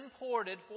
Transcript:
imported